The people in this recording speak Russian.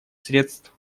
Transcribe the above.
средств